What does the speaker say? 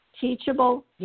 teachable